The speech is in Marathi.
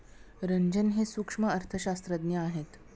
रंजन हे सूक्ष्म अर्थशास्त्रज्ञ आहेत